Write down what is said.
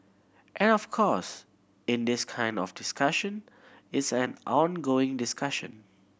and of course in this kind of discussion it's an ongoing discussion